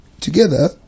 together